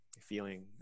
feeling